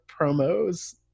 promos